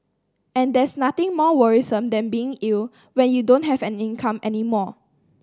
and there's nothing more worrisome than being ill when you don't have an income any more